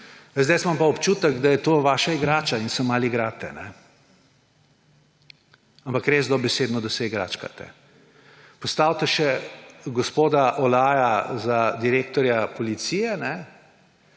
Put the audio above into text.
Jaz imam pa občutek, da je to vaša igrača in se malo igrate. Ampak da se res dobesedno igračkate. Postavite še gospoda Olaja za direktorja policije,